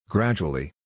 Gradually